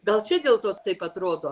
gal čia dėl to taip atrodo